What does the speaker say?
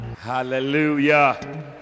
Hallelujah